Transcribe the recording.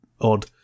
odd